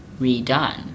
redone